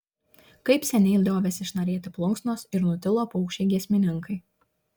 kaip seniai liovėsi šnarėti plunksnos ir nutilo paukščiai giesmininkai